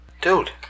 Dude